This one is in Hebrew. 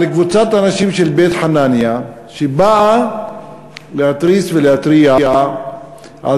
על קבוצת אנשים מבית-חנניה שבאה להתריס ולהתריע על